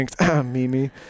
Mimi